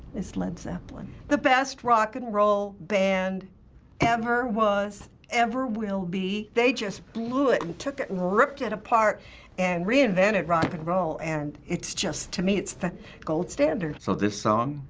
is led zeppelin. the best rock and roll band ever was, ever will be they just blew it and took it and ripped it apart and reinvented rock and roll and it's just, to me, it's the gold standard. so this song,